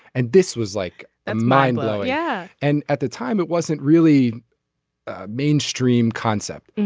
and this was like a mine. oh yeah. and at the time it wasn't really a mainstream concept.